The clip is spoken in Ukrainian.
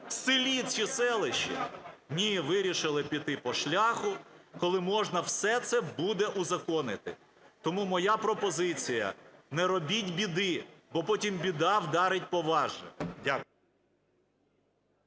селі чи селищі? Ні. Вирішили піти по шляху, коли можна все це буде узаконити. Тому моя пропозиція: не робіть біди, бо потім біда вдарить по вас же. Дякую.